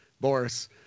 Boris